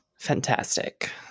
Fantastic